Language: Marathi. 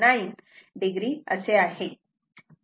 9 o असे आहे